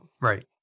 Right